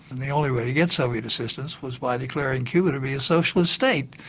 and the only way to get soviet assistance was by declaring cuba to be a socialist state,